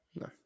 no